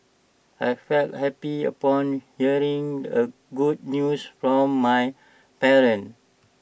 I felt happy upon hearing the good news from my parents